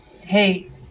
Hey